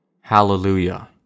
Hallelujah